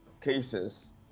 cases